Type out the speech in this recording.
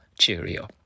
cheerio